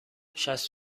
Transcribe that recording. شصت